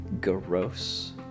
Gross